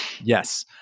Yes